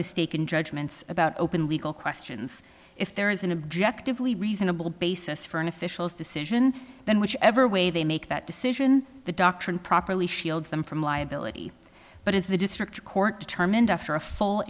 mistaken judgments about open legal questions if there is an objective lee reasonable basis for an official's decision then whichever way they make that decision the doctrine properly shields them from liability but if the district court determined after a full